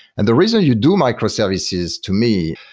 and the reason you do microservices, to me,